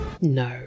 No